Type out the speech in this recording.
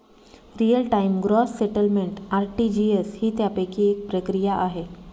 real time gross settlement RTGS ही त्यापैकी एक प्रक्रिया आहे